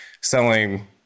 selling